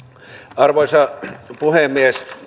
arvoisa puhemies